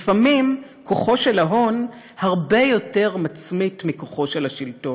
לפעמים כוחו של ההון הרבה יותר מצמית מכוחו של השלטון",